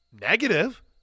Negative